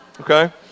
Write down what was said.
okay